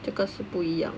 这个是不一样